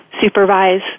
supervise